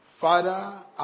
Father